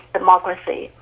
democracy